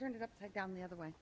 turn it upside down the other way